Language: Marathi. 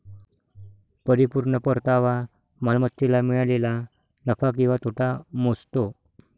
परिपूर्ण परतावा मालमत्तेला मिळालेला नफा किंवा तोटा मोजतो